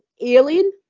alien